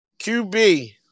QB